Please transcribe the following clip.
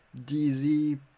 DZ